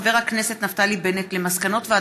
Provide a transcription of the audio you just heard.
מאת חברי הכנסת לאה פדידה,